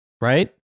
right